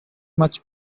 much